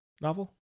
novel